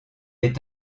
est